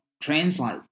translate